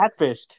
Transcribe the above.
catfished